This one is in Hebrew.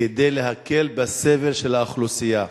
כדי להקל את הסבל של האוכלוסייה.